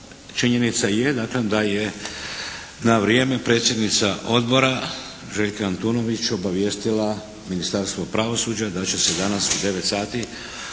činjenica je daklem da je na vrijeme predsjednica Odbora Željka Antunović obavijestila Ministarstvo pravosuđa da će se danas u 9. sati